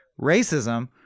racism